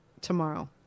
tomorrow